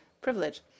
privilege